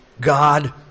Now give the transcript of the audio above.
God